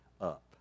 up